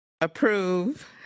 approve